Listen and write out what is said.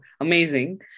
amazing